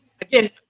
again